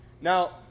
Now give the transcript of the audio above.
Now